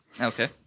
Okay